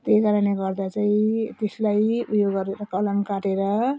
त्यही कारणले गर्दा चाहिँ त्यसलाई उयो गरेर कलम काटेर